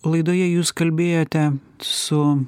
laidoje jūs kalbėjote su